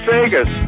Vegas